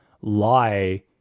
lie